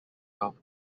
health